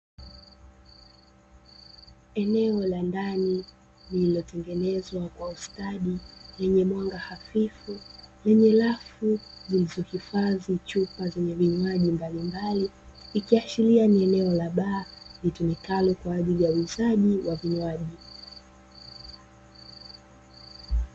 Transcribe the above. Eneo la ndani lililotengenezwa kwa ustadi yenye mwanga hafifu lenye rafu zilizohifadhi chupa zenye vinywaji mbalimbali, ikiashiria ni eneo la baa litumikalo kwa ajili ya uuzaji wa vinywaji.